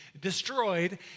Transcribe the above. destroyed